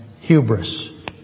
hubris